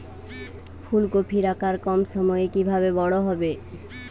ফুলকপির আকার কম সময়ে কিভাবে বড় হবে?